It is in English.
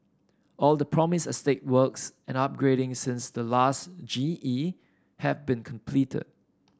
all the promised estate works and upgrading since the last G E have been completed